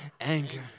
Anger